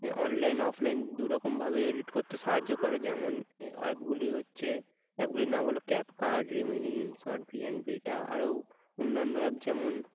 online offline দ রকমভাবে edit করতে সাহায্য করে যেমন অ্যাপগুলি হচ্ছে অ্যাপগুলির নাম হলো CapCut Remini InShot V N ভি টা আরও অন্যান্য অ্যাপ যেমন